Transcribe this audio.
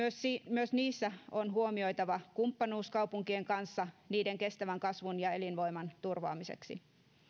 myös niissä on huomioitava kumppanuus kaupunkien kanssa niiden kestävän kasvun ja elinvoiman turvaamiseksi